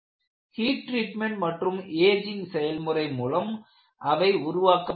heat treatment மற்றும் ageing செயல்முறை மூலம் அவை உருவாக்கப்பட்டவை